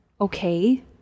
okay